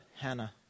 Hannah